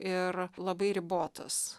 ir labai ribotas